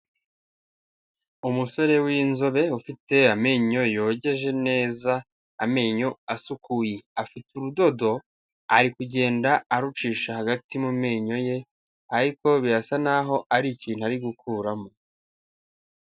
Umusore w'inzobe ufite amenyo yogeje neza amenyo asukuye, afite urudodo ari kugenda arucisha hagati mu menyo ye, ariko birasa nkaho ari ikintu ari gukuramo.